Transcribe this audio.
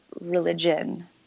religion